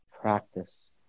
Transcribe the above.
practice